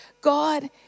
God